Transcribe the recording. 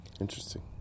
interesting